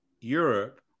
Europe